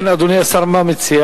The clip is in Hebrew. כן, אדוני השר, מה מציע?